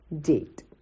date